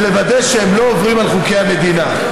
ולוודא שהם לא עוברים על חוקי המדינה.